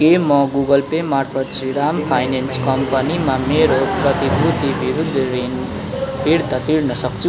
के म Google Pay मार्फत् श्रीराम फाइनेन्स कम्पनीमा मेरो प्रतिभूति विरुद्ध ऋण फिर्ता तिर्नसक्छु